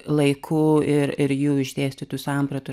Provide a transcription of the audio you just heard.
laikų ir ir jų išdėstytų sampratų